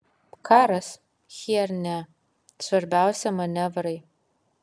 karas chiernia svarbiausia manevrai